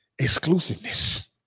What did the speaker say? exclusiveness